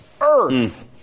earth